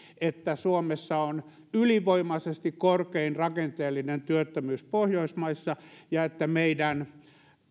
että suomessa on ylivoimaisesti korkein rakenteellinen työttömyys pohjoismaissa ja että meidän